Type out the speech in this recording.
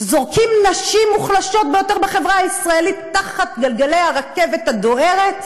זורקים נשים מוחלשות ביותר בחברה הישראלית תחת גלגלי הרכבת הדוהרת,